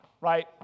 right